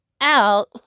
out